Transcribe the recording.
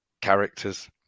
characters